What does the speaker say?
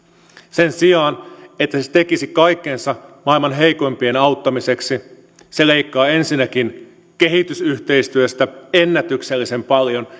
sen sijaan että se se tekisi kaikkensa maailman heikoimpien auttamiseksi se leikkaa ensinnäkin kehitysyhteistyöstä ennätyksellisen paljon